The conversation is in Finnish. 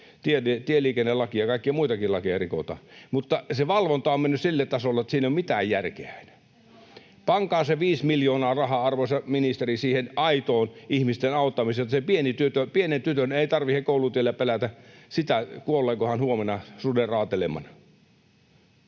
tieliikennelakia ja kaikkia muitakin lakeja rikotaan — mutta se valvonta on mennyt sille tasolle, että siinä ei ole mitään järkeä enää. Pankaa se viisi miljoonaa rahaa, arvoisa ministeri, siihen aitoon ihmisten auttamiseen, niin että sen pienen tytön ei tarvitse koulutiellä pelätä, kuoleeko hän huomenna suden raatelemana.